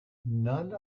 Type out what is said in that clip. none